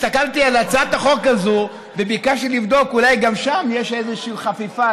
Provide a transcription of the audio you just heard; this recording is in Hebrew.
הסתכלתי על הצעת החוק הזאת וביקשתי לבדוק אולי גם שם יש איזושהי חפיפה,